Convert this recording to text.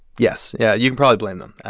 yes. yeah, you can probably blame them. and